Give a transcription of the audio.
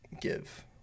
give